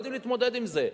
הם לא יודעים להתמודד עם זה.